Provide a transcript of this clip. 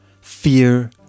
fear